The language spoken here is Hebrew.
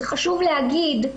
זה חשוב להגיד,